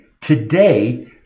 today